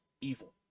evil